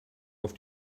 auf